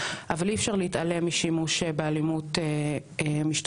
אבל אי אפשר להתעלם משימוש באלימות משטרתית